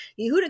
Yehuda